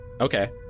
Okay